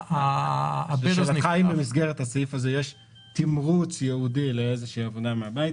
אין במסגרת הסעיף הזה תמרוץ ייעודי לאיזו שהיא עבודה מהבית.